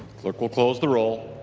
clerk will close the roll.